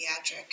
pediatric